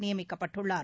நியமிக்கப்பட்டுள்ளார்